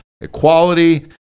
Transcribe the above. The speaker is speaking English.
Equality